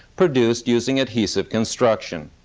produced using adhesive construction,